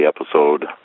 episode